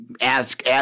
ask